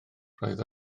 roedd